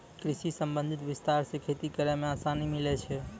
कृषि संबंधी विस्तार से खेती करै मे आसानी मिल्लै छै